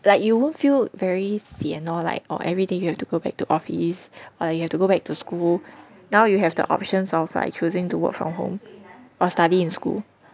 like you won't feel very sian lor like oh everyday you have to go back to office or like you have to go back to school now you have the options of like choosing to work from home or study in school